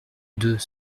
deux